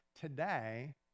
today